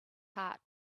heart